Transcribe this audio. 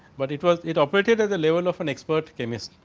but, it was it officiate as the level often expert came is.